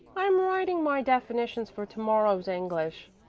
i'm writing my definitions for to-morrow's english,